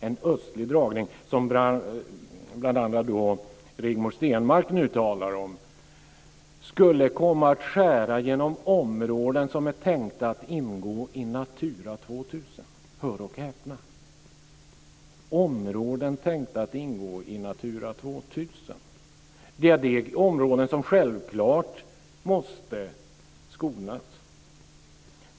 En östlig dragning, som nu bl.a. Rigmor Stenmark talar om, skulle komma att skära genom områden som är tänkta att ingå i Natura 2000. Hör och häpna! Det är områden tänkta att ingå i Natura 2000. Det är områden som självklart måste skonas.